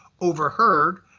overheard